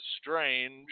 strange